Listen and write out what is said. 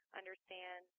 understand